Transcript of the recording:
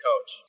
coach